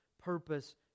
purpose